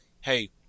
hey